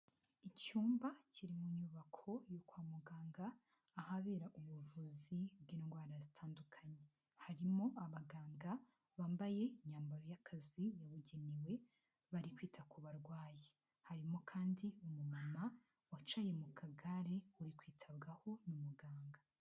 Icyumba kiri mu nyubako yo kwa muganga ahabera ubuvuzi bw'indwara zitandukanye harimo abaganga bambaye imyambaro y'akazi yabugenewe bari kwita ku barwayi harimo kandi umumama wicaye mu kagare uri kwitabwaho na muganga.